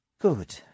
Good